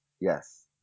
Yes